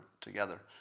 together